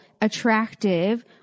attractive